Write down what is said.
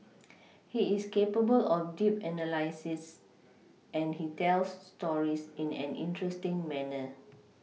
he is capable of deep analysis and he tells stories in an interesting manner